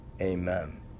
Amen